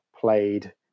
played